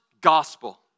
gospel